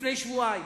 לפני שבועיים,